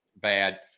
bad